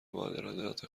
واردات